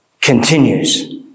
continues